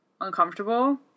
uncomfortable